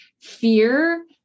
fear